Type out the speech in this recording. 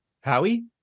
howie